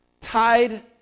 tied